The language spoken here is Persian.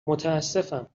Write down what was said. متاسفم